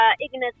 Ignis